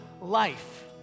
life